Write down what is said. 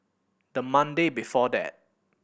the Monday before that